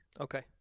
Okay